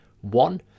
One